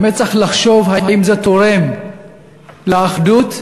באמת צריך לחשוב האם זה תורם לאחדות,